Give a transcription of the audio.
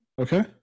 okay